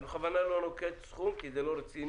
אני בכוונה לא נוקט בסכום כי זה לא רציני.